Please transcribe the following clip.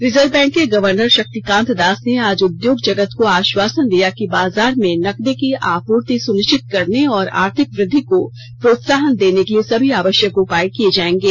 reserve bank के governor Shaktikanta Das ने आज उद्योग जगत को आश्यायसन दिया कि बाजार में नकदी की आपूर्ति सुनिश्चि त करने और आर्थिक युद्धि को प्रोत्साहन देने के लिए सभी आवश्यक उपाय किए जाएंगे